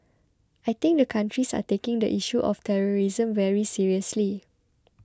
I think the countries are taking the issue of terrorism very seriously